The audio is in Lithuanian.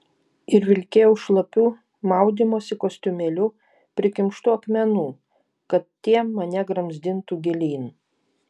ir vilkėjau šlapiu maudymosi kostiumėliu prikimštu akmenų kad tie mane gramzdintų gilyn